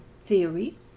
theory